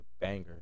banger